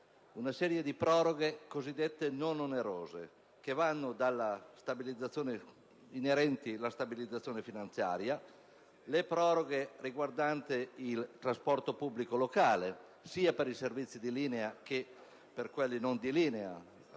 una serie di proroghe cosiddette non onerose inerenti la stabilizzazione finanziaria, le proroghe riguardanti il trasporto pubblico locale (sia per i servizi di linea che per quelli non di linea)...